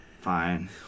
fine